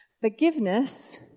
Forgiveness